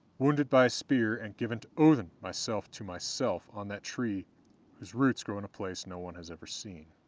wounded by a spear and given to odinn, myself to myself, on that tree whose roots grow in a place no one has ever seen.